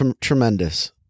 tremendous